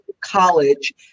college